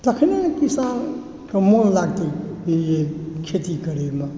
तखने ने किसानके मोन लागतै जे खेती करैमे